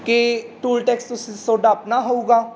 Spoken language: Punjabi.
ਕਿ ਟੂਲ ਟੈਕਸ ਤੁਸੀਂ ਤੁਹਾਡਾ ਆਪਣਾ ਹੋਵੇਗਾ